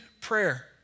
prayer